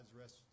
rest